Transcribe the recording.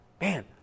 Man